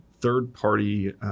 Third-party